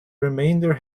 remainder